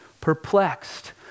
perplexed